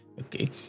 Okay